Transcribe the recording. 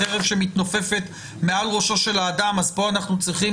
כאילו להעניש את האדם על זה שהוא דורש את יומו בבית המשפט.